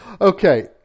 Okay